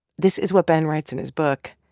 this is what ben writes in his book.